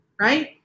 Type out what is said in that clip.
right